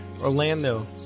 Orlando